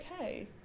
okay